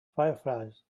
fireflies